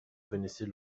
connaissait